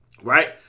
right